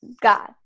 God